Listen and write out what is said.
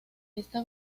esta